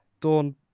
Dawn